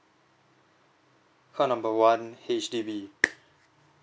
call number one H_D_B